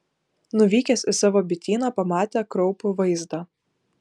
nuvykęs į savo bityną pamatė kraupų vaizdą